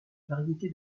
variété